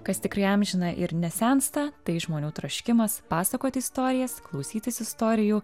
kas tikrai amžina ir nesensta tai žmonių troškimas pasakot istorijas klausytis istorijų